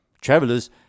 Travelers